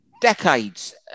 decades